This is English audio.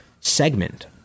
segment